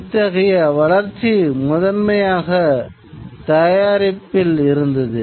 இத்தகைய வளர்ச்சி முதன்மையாக தயாரிப்பில் இருந்தது